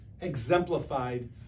exemplified